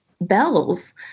bells